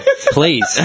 Please